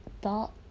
thought